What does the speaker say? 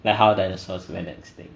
like how dinosaurs went extinct